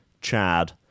Chad